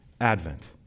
Advent